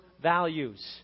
values